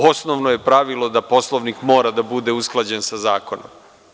Osnovno je pravilo da poslovnik mora da bude usklađen sa zakonom.